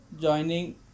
Joining